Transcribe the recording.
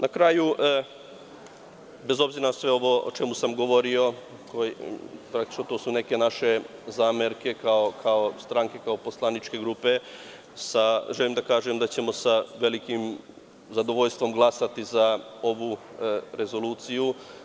Na kraju, bez obzira na sve ovo o čemu sam govorio, praktično, to su neke naše zamerke kao stranke i kao poslaničke grupe, želim da kažem da ćemo sa velikim zadovoljstvom glasati za ovu rezoluciju.